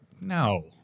no